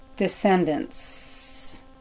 descendants